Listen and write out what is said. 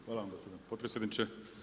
Hvala vam gospodine potpredsjedniče.